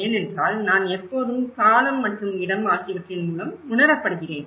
ஏனென்றால் நான் எப்போதும் காலம் மற்றும் இடம் ஆகியவற்றின் மூலம் உணரப்படுகிறேன்